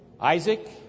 Isaac